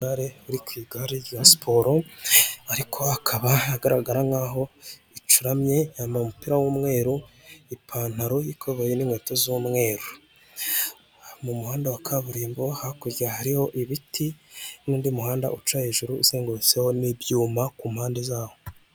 Uri ku igare rya siporo ariko hakaba hagaragara nkaho icuramye yambaye umupira w'umweru ipantaro y'ikoboyi n'inkweto z'umweru. Mu muhanda wa kaburimbo hakurya hariho ibiti n'undi muhanda uca hejuru uzengurutseho n'ibyuma ku mpande zawo.